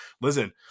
listen